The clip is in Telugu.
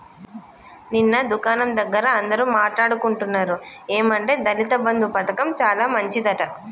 నిన్న దుకాణం దగ్గర అందరూ మాట్లాడుకుంటున్నారు ఏమంటే దళిత బంధు పథకం చాలా మంచిదట